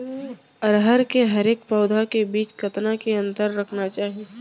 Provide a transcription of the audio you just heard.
अरहर के हरेक पौधा के बीच कतना के अंतर रखना चाही?